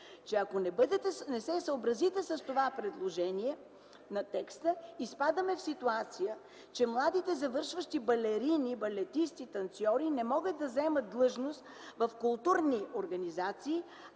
че ако не се съобразите с това предложение на текст, изпадаме в ситуация, че младите завършващи балерини, балетисти, танцьори не могат да заемат длъжност в културни организации,